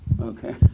Okay